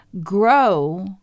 grow